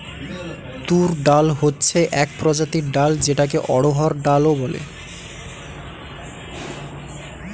তুর ডাল হচ্ছে এক প্রজাতির ডাল যেটাকে অড়হর ডাল ও বলে